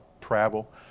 travel